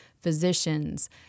physicians